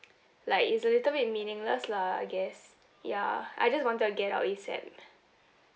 like it's a little bit meaningless lah I guess ya I just wanted to get out ASAP